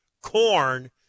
corn